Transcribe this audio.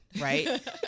Right